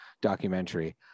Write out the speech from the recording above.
documentary